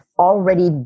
Already